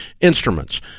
instruments